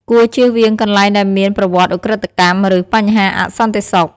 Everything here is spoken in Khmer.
គួរ ជៀសវាងកន្លែងដែលមានប្រវត្តិឧក្រិដ្ឋកម្ម ឬ បញ្ហាអសន្តិសុខ។